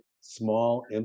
small